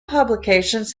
publications